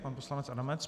Pan poslanec Adamec.